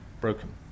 broken